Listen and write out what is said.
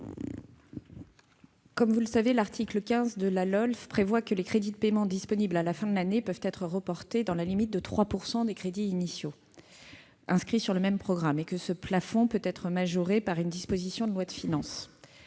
messieurs les sénateurs, l'article 15 de la LOLF prévoit que les crédits de paiement disponibles à la fin de l'année peuvent être reportés, dans la limite de 3 % des crédits initiaux inscrits sur le même programme, et que ce plafond peut être majoré par une disposition de loi de finances.